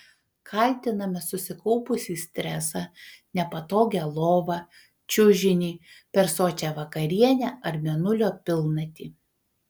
kaltiname susikaupusį stresą nepatogią lovą čiužinį per sočią vakarienę ar mėnulio pilnatį